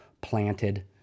planted